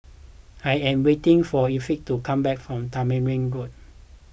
I am waiting for Effie to come back from Tamarind Road